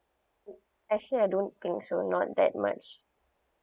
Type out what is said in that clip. actually I don't think so not that much